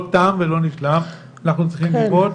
לא תם ולא נשלם, אנחנו צריכים לראות